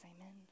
amen